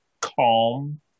calm